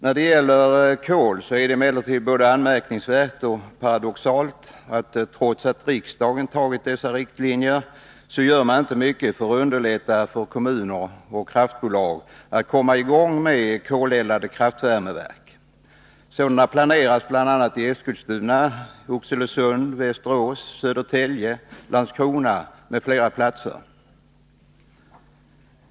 När det gäller kol är det emellertid både anmärkningsvärt och paradoxalt att trots att riksdagen fastställt dessa riktlinjer görs inte mycket för att underlätta för kommuner och kraftbolag att komma i gång med koleldade kraftvärmeverk. Sådana planeras i Eskilstuna, Oxelösund, Västerås, Södertälje, Landskrona m.fl. platser.